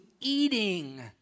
eating